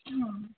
ಹಾಂ